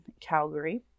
calgary